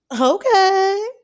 okay